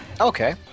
Okay